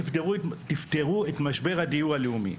תפתרו את משבר הדיור הלאומי.